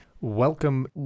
welcome